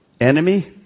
enemy